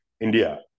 India